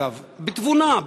אגב בתבונה,